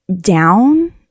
down